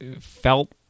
felt